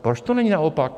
Proč to není naopak?